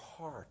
heart